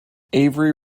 avery